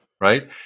right